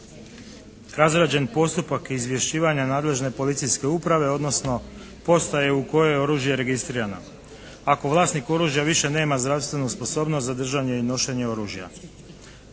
razrađen postupak izvješćivanja nadležne policijske uprave odnosno postaje u kojoj je oružje registrirano, ako vlasnik oružja više nema zdravstvenu sposobnost za držanje i nošenje oružja.